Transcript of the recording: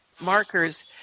markers –